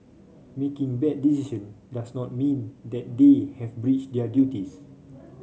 making bad decision does not mean that they have breached their duties